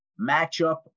matchup